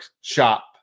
shop